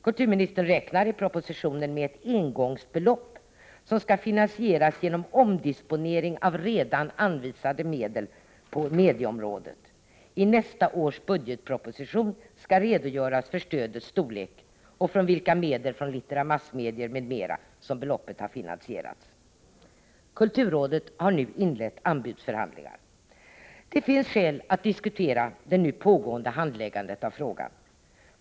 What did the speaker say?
Kulturministern räknar i propositionen med ett engångsbelopp som skall finansieras genom omdisponering av redan anvisade medel på medieområdet. I nästa års budgetproposition skall redogöras för stödets storlek och från vilka medel från anslaget littera G. Massmedier m.m. som beloppet har finansierats. Kulturrådet har nu inlett anbudsförhandlingar. Det finns skäl att diskutera det nu pågående handläggandet av frågan.